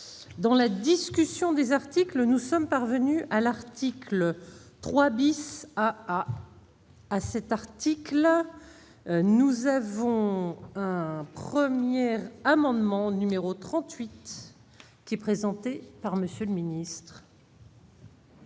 dans la discussion des articles, nous sommes parvenus à l'article 3 bis à à. à cet article, nous avons un 1er amendement numéro 38 qui est présenté par Monsieur le Ministre.